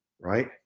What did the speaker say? right